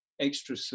extra